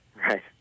Right